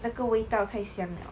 那个味道太香 liao